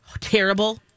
terrible